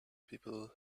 people